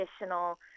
additional